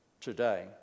today